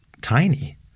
tiny